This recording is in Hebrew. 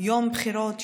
יום בחירות,